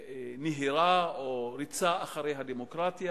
נהירה או ריצה אחרי הדמוקרטיה,